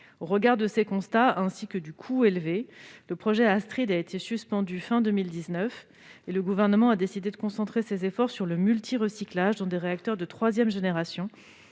Au regard de ces constats, et en raison de son coût élevé, le projet Astrid a été suspendu à la fin de 2019. Le Gouvernement a décidé de concentrer ses efforts sur le multirecyclage des réacteurs de troisième génération,